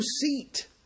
seat